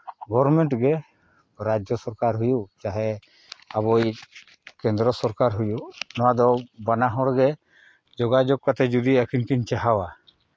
government ᱜᱮ ᱨᱟᱡᱡᱚ ᱥᱚᱨᱠᱟᱨ ᱦᱩᱭᱩᱜ ᱪᱟᱦᱮ ᱟᱵᱚᱭᱤᱡᱽ ᱠᱮᱫᱽᱨᱚ ᱥᱚᱨᱠᱟᱨ ᱦᱩᱭᱩᱜ ᱱᱚᱣᱟᱫᱚ ᱵᱟᱱᱟ ᱦᱚᱲᱜᱮ ᱡᱳᱜᱟᱡᱳᱜᱽ ᱠᱟᱛᱮᱫ ᱡᱩᱫᱤ ᱟᱹᱠᱤᱱ ᱠᱤᱱ ᱪᱟᱦᱟᱣᱼᱟ